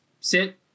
sit